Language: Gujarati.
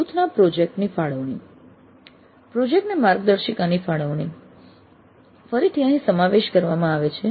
જૂથને પ્રોજેક્ટ ની ફાળવણી પ્રોજેક્ટ ને માર્ગદર્શકની ફાળવણી ફરીથી અહીં સમાવેશ કરવામાં આવે છે